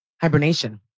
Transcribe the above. hibernation